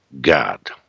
God